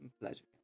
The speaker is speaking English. Pleasure